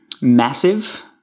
Massive